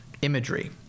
imagery